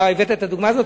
אתה הבאת את הדוגמה הזאת?